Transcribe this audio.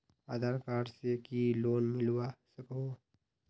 आधार card से की loan मिलवा सकोहो?